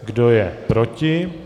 Kdo je proti?